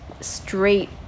straight